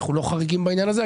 אנחנו לא חריגים בעניין הזה,